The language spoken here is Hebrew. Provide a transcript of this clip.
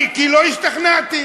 אני אסביר לך עוד מעט.